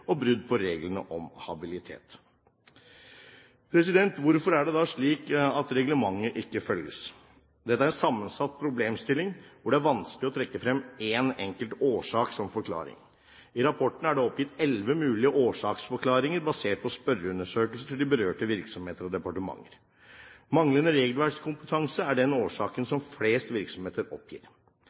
og brudd på reglene om habilitet. Hvorfor er det da slik at reglementet ikke følges? Dette er en sammensatt problemstilling, hvor det er vanskelig å trekke frem én enkelt årsak som forklaring. I rapporten er det oppgitt elleve mulige årsaksforklaringer, basert på spørreundersøkelser til de berørte virksomheter og departementer. Manglende regelverkskompetanse er den årsaken som flest virksomheter oppgir.